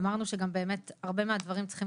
אמרנו שגם באמת הרבה מהדברים צריכים